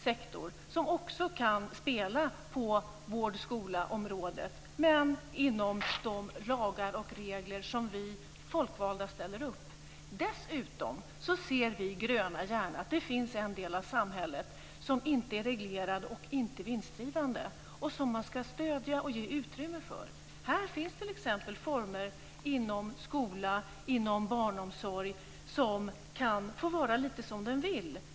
Den kan också spela på vård och skolområdena, men inom de lagar och regler som vi folkvalda ställer upp. Dessutom ser vi gröna gärna att det finns en del av samhället som inte är reglerad och inte vinstdrivande. Den ska man stödja och ge utrymme. Här finns t.ex. former inom skola och barnomsorg som kan få vara lite som de vill.